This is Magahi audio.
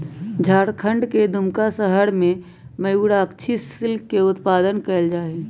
झारखंड के दुमका शहर में मयूराक्षी सिल्क के उत्पादन कइल जाहई